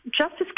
Justice